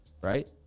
right